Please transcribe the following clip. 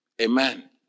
Amen